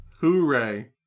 Hooray